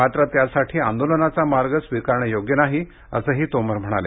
मात्र त्यासाठी आंदोलनाचा मार्ग स्वीकारणं योग्य नाही असंही तोमर म्हणाले